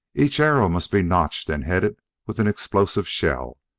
each arrow must be notched and headed with an explosive shell,